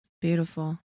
Beautiful